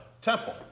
temple